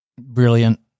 Brilliant